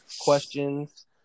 questions